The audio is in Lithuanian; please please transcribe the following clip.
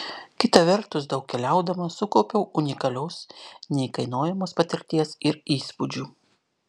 kita vertus daug keliaudama sukaupiau unikalios neįkainojamos patirties ir įspūdžių